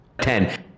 ten